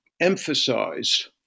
emphasized